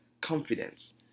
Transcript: confidence